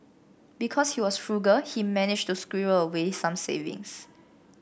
because he was frugal he managed to squirrel away some savings